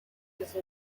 was